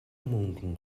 мөнгөн